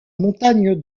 montagne